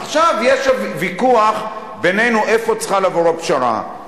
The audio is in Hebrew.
עכשיו, יש ויכוח בינינו איפה צריכה לבוא הפשרה.